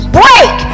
break